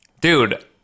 Dude